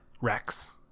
Rex